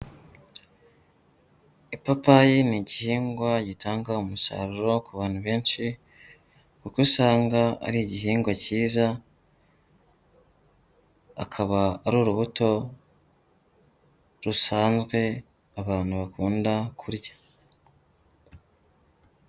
Ipapayi ni igihingwa gitanga umusaruro ku bantu benshi kuko usanga ari igihingwa cyiza, akaba ari urubuto rusanzwe abantu bakunda kurya.